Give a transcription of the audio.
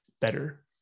better